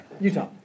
Utah